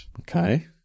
Okay